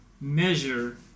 measure